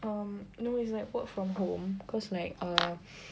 um no it's like work from home cause like err